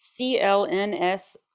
CLNS